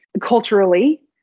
culturally